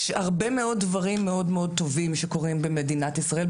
יש הרבה מאוד דברים מאוד מאוד טובים שקורים במדינת ישראל,